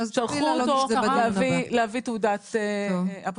שלחו אותו להביא תעודת אפוטרופוס.